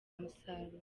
umusaruro